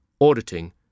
auditing